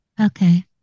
Okay